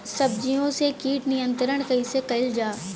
सब्जियों से कीट नियंत्रण कइसे कियल जा?